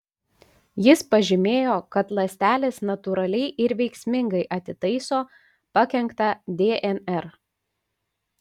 jis pažymėjo kad ląstelės natūraliai ir veiksmingai atitaiso pakenktą dnr